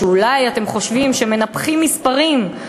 שאולי אתם חושבים שהם מנפחים מספרים,